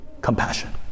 compassion